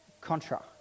contra